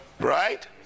Right